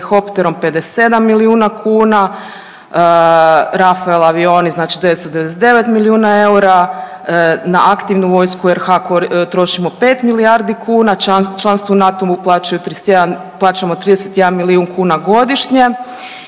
helikopterom 57 milijuna kuna, Rafael avioni, znači 999 milijuna eura, na aktivnu vojsku RH trošimo 5 milijardi kuna, članstvo u NATO-u plaćamo 31 milijun kuna godišnje